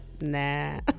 Nah